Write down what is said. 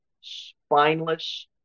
spineless